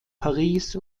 paris